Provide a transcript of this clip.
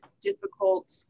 difficult